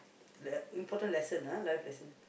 the important lesson ah life lesson